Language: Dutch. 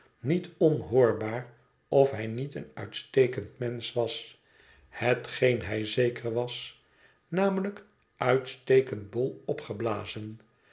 niet onhoorbaar of hij niet een uitstekend mensch was hetgeen hij zeker was namelijk uitstekend bol opgeblazen